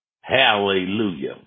Hallelujah